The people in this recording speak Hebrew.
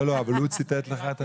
לא, אבל הוא ציטט לך?